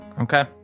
Okay